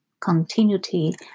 continuity